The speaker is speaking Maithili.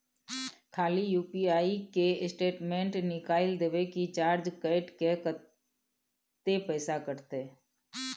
खाली यु.पी.आई के स्टेटमेंट निकाइल देबे की चार्ज कैट के, कत्ते पैसा कटते?